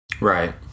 Right